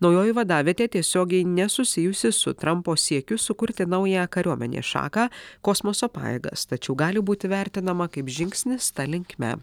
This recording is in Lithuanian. naujoji vadavietė tiesiogiai nesusijusi su trampo siekiu sukurti naują kariuomenės šaką kosmoso pajėgas tačiau gali būti vertinama kaip žingsnis ta linkme